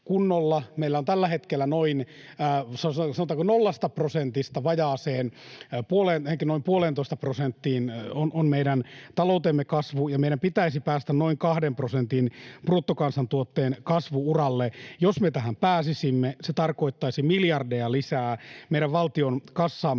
kunnolla. Tällä hetkellä, sanotaanko, nollasta prosentista ehkä noin puoleentoista prosenttiin on meidän taloutemme kasvu, ja meidän pitäisi päästä noin kahden prosentin bruttokansantuotteen kasvu-uralle. Jos me tähän pääsisimme, se tarkoittaisi miljardeja lisää meidän valtion kassaan